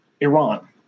Iran